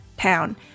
town